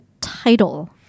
title